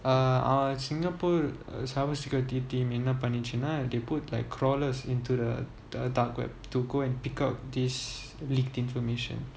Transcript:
uh ah singapore cyber security team என்னபண்ணுச்சுனா:enna pannuchunna they put like crawlers into the dark web to go and pick out these leaked information so you